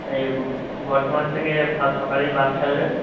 এ বর্ধমান থেকে ফার্স্ট সকালেই বাস ছাড়বে